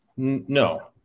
No